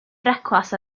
brecwast